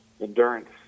endurance